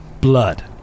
blood